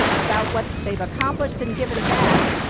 about what they've accomplished and given back,